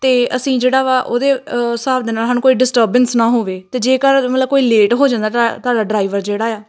ਅਤੇ ਅਸੀਂ ਜਿਹੜਾ ਵਾ ਉਹਦੇ ਹਿਸਾਬ ਦੇ ਨਾਲ ਹੁਣ ਕੋਈ ਡਿਸਟਰਬੈਂਸ ਨਾ ਹੋਵੇ ਅਤੇ ਜੇਕਰ ਮਤਲਬ ਕੋਈ ਲੇਟ ਹੋ ਜਾਂਦਾ ਹੈ ਤਾਂ ਤੁਹਾਡਾ ਡਰਾਈਵਰ ਜਿਹੜਾ ਆ